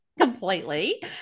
completely